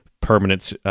permanent